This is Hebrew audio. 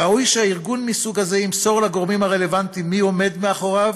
ראוי שארגון מסוג זה ימסור לגורמים הרלוונטיים מי עומד מאחוריו,